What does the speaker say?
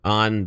on